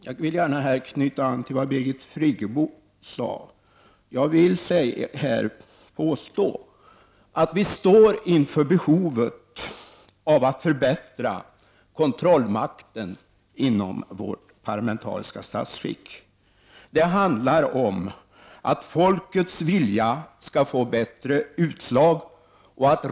Jag vill här gärna knyta an till vad Birgit Friggebo sade och påstå att vi står inför ett behov av att förbättra kontrollmakten inom vårt parlamentariska statsskick. Det handlar om att folkets politiska vilja skall få bättre utslag.